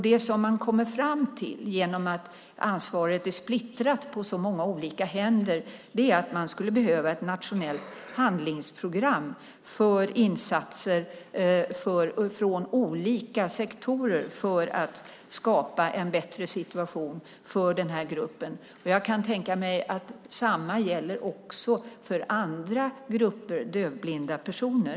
Det som man kommer fram till, på grund av att ansvaret är splittrat på så många olika händer, är att man skulle behöva ett nationellt handlingsprogram för insatser från olika sektorer för att skapa en bättre situation för den här gruppen. Jag kan tänka mig att detsamma också gäller för andra grupper dövblinda personer.